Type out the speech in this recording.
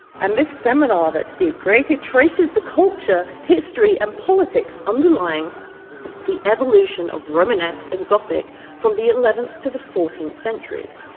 and this seminar that steve created traces the culture, history, and politics underlying the evolution of romanesque and gothic from the eleventh to the fourteenth centuries.